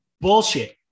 bullshit